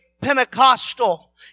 Pentecostal